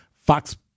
Fox